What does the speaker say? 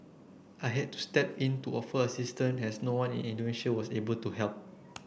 I had to step in to offer assistance as no one in Indonesia was able to help